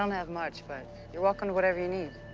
um have much, but you're welcome to whatever you need.